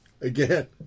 Again